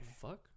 fuck